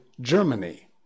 Germany